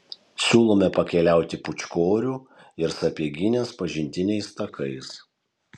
siūlome pakeliauti pūčkorių ir sapieginės pažintiniais takais